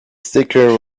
sticker